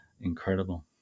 incredible